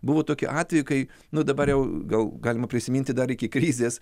buvo tokie atvejai kai nu dabar jau gal galima prisiminti dar iki krizės